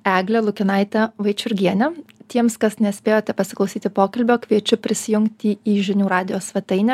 egle lukinaite vaičiurgiene tiems kas nespėjote pasiklausyti pokalbio kviečiu prisijungti į žinių radijo svetainę